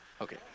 Okay